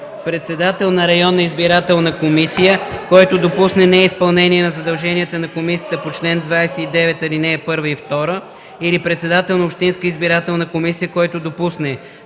Председател на районна избирателна комисия, който допусне неизпълнение на задълженията на комисията по чл. 29 ал.1 и 2, или председател на общинска избирателна комисия, който допусне